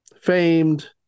Famed